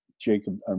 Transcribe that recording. Jacob